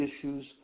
issues